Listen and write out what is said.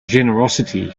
generosity